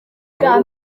bwa